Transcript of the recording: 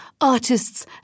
artists